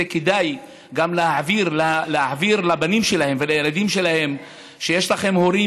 כדאי גם להעביר לבנים שלהם ולילדים שלהם שיש להם הורים